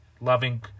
loving